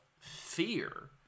fear